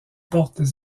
portent